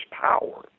power